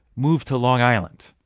move to long island?